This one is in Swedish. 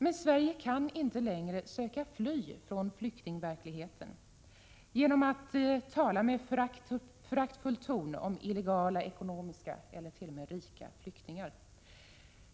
Men Sverige kan inte längre söka fly från flyktingverkligheten genom att tala med föraktfull ton om illegala, ekonomiska eller rika flyktingar.